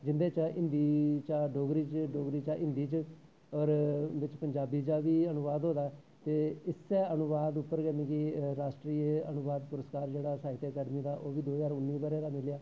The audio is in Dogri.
जिंदे च हिन्दी चा डोगरी च डोगरी चा दा हिन्दी च और बिच्च पंजाबी चा दा बा अनुवाद होए दा ते इसैा ऐ अनुवाद पर गै राष्ट्रिय अनुवाद पुरसकार जेह्ड़ा साहित्य अकैडमी दा ओह् बी दो ज्हार उन्नी बरे दा मिलेआ